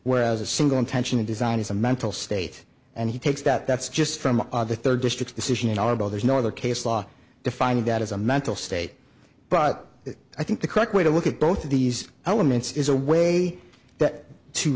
whereas a single intentional design is a mental state and he takes that that's just from the third district decision and honorable there's no other case law defining that as a mental state but i think the correct way to look at both of these elements is a way that to